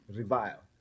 revile